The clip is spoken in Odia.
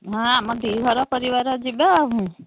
ହଁ ଆମ ଦୁଇ ଘର ପରିବାର ଯିବା ଆଉ